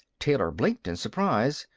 taylor blinked in surprise.